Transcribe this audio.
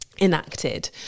enacted